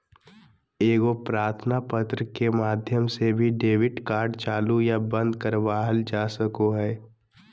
एगो प्रार्थना पत्र के माध्यम से भी डेबिट कार्ड चालू या बंद करवावल जा सको हय